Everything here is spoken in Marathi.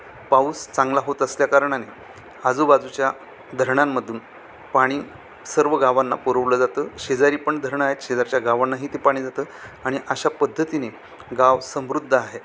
पाऊस चांगला होत असल्या कारणाने आजूबाजूच्या धरणांमधून पाणी सर्व गावांना पुरवलं जातं शेजारी पण धरणं आहेत शेजारच्या गावांनाही ते पाणी जातं आणि अशा पद्धतीने गाव समृद्ध आहे